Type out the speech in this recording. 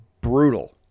brutal